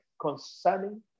concerning